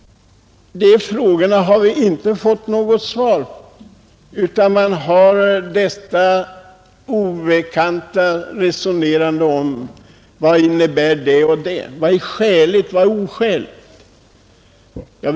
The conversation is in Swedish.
Den frågan har vi inte fått något svar på, utan vi får lyssna till detta resonerande om vad är det och det, vad är skäligt och vad är oskäligt.